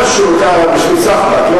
משהו, כך, בשביל סחבק.